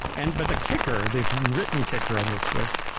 and but the kicker, the written kicker on this was.